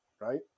right